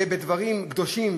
ובדברים קדושים,